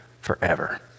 forever